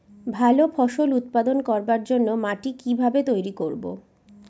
ভালো ফসল উৎপাদন করবার জন্য মাটি কি ভাবে তৈরী করব?